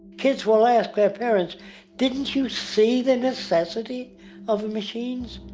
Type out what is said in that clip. kids will ask their parents didn't you see the necessity of the machines?